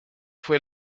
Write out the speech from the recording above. fue